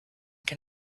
can